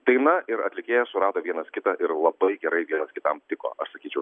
daina ir atlikėja surado vienas kitą ir labai gerai vienas kitam tiko aš sakyčiau